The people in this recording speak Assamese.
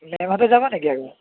মেমহঁতো যাব নেকি আকৌ